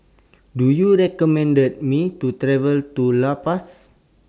Do YOU recommend Me to travel to La Paz